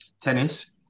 tennis